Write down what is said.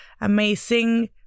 amazing